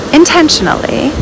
intentionally